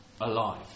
alive